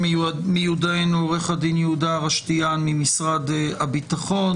מיודענו עורך הדין יהודה רשתיאן ממשרד הביטחון.